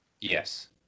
Yes